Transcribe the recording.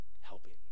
helping